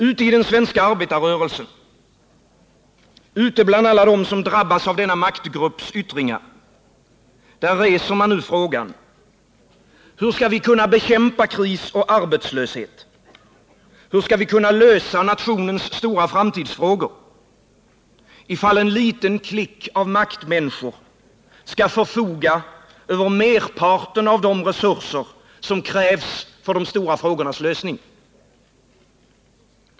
Ute i den svenska arbetarrörelsen, ute bland alla dem som drabbas av denna maktgrupps yttringar reser man nu frågorna: Hur skall vi kunna bekämpa kris och arbetslöshet, hur skall vi kunna lösa nationens stora framtidsfrågor om en liten klick maktmänniskor skall förfoga över merparten av de resurser som krävs för de stora frågornas lösning?